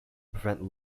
prevent